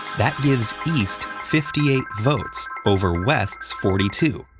that gives east fifty eight votes over west's forty two,